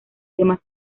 demás